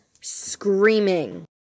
screaming